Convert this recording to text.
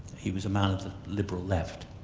he was a man of the liberal left,